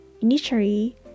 Initially